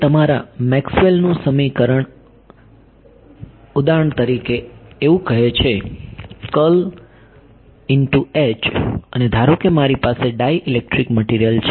હવે તમારા મેક્સવેલ નું સમીકરણ ઉદાહરણ તરીકે એવું કહે છે અને ધારો કે મારી પાસે ડાઇલેક્ટ્રિક મટિરિયલ છે